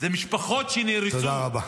ומשפחות שנהרסו,